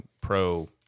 pro